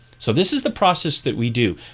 so this is the process that we do.